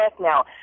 Now